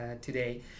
today